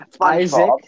Isaac